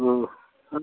हाँ